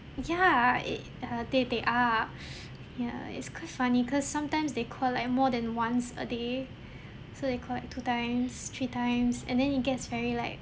ya e~ err they they are ya it's quite funny cause sometimes they call like more than once a day so they call like two times three times and then it gets very like